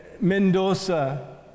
Mendoza